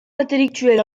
intellectuel